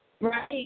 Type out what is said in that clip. Right